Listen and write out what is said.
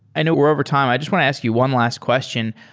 and we're over time. i just want to ask you one last question.